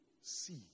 see